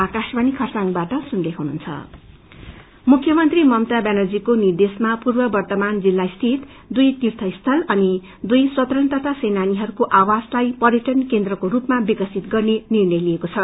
दरिप्ट सेन्दर मुख्यमंत्री ममता व्यानर्जीको निर्देशमा पूर्व वर्तमान जित्तास्थित दुई तीय स्थल अनि दुई स्वतन्त्रता सेनानीहरूको आवासलाई पर्यटन केन्द्रको रूपमा विकसित गर्ने निर्णय लिइएको छ